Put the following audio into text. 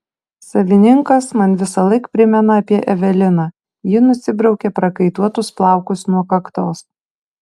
savininkas man visąlaik primena apie eveliną ji nusibraukė prakaituotus plaukus nuo kaktos